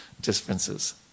Differences